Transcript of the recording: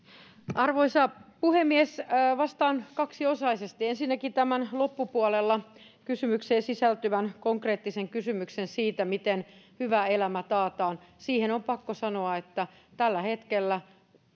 arvoisa puhemies vastaan kaksiosaisesti ensinnäkin kysymyksen loppupuolelle sisältyvään konkreettiseen kysymykseen siitä miten hyvä elämä taataan siihen on pakko sanoa että tällä hetkellä